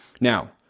Now